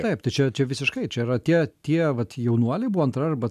taip tai čia čia visiškai čia yra tie tie vat jaunuoliai buvo antra arba